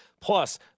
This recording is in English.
Plus